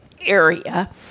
area